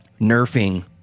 nerfing